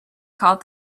called